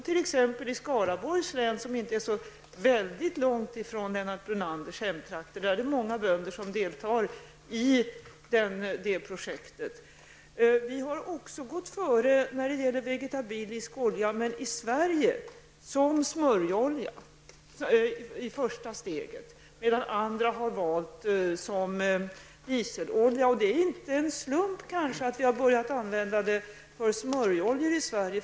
T.ex. i Skaraborgs län, som inte är så långt från Lennart Brunanders hemtrakter, är det många bönder som deltar i projektet. Vi har också gått före när det gäller vegetabilisk olja. I Sverige är det i form av smörjolja i första steget, medan andra har valt i form av dieselolja. Det är inte en slump att vegetariska oljan har börjat användas i form av smörjolja i Sverige.